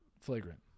Flagrant